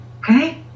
Okay